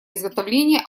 изготовления